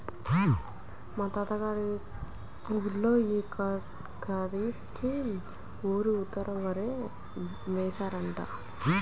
మా అత్త గారి ఊళ్ళో యీ ఖరీఫ్ కి ఊరు ఊరంతా వరే యేశారంట